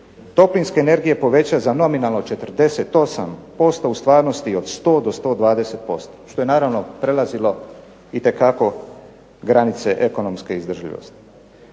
toplinske energije poveća za nominalno 48% u stvarnosti od 100 do 120% što je naravno prelazilo itekako granice ekonomske izdržljivosti.